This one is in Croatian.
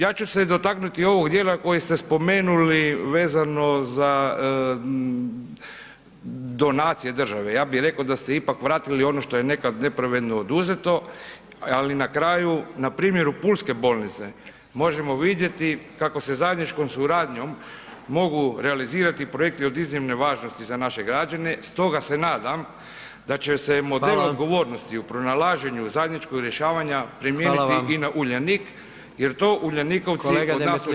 Ja ću se dotaknuti ovog dijela koji ste spomenuli vezano za donacije države, ja bih rekao da ste ipak vratili ono što je nekad nepravedno oduzeto, ali na kraju, na primjeru pulske bolnice, možemo vidjeti kako se zajedničkom suradnjom mogu realizirati projekti od iznimne važnosti za naše građane, stoga se nadam da će se model [[Upadica: Hvala.]] odgovornosti u pronalaženju zajedničkog rješavanja primijeniti [[Upadica: Hvala vam.]] i na Uljanik jer to Uljanikovci od nas očekuju i zaslužuju.